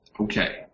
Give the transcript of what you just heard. Okay